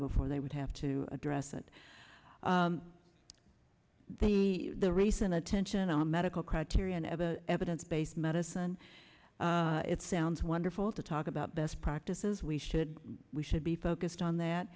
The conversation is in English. before they would have to address that the the recent attention on medical criteria and of a evidence based medicine it sounds wonderful to talk about best practices we should we should be focused on that